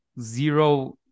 zero